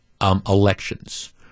elections